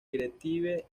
creative